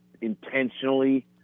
intentionally